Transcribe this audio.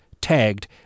tagged